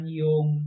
yung